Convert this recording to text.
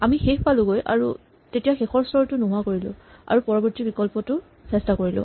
আমি শেষ পালোগৈ আৰু তেতিয়া শেষৰ স্তৰটো নোহোৱা কৰিলো আৰু পৰবৰ্তী বিকল্পটো চেষ্টা কৰিলো